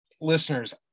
listeners